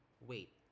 wait